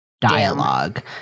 dialogue